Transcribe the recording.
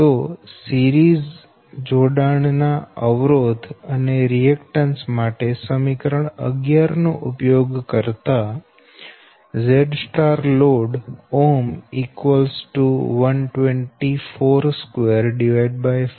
તો શ્રેણી જોડાણ ના અવરોધ અને રિએકટન્સ માટે સમીકરણ 11 નો ઉપયોગ કરતા ZLOAD240 j 30307